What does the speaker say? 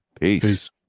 Peace